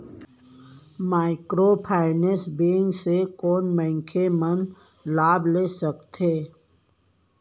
Microfinance bank से कोन मनखे मन लाभ ले सकथे?